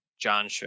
John